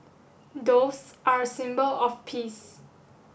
doves are a symbol of peace